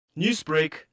Newsbreak